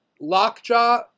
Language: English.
Lockjaw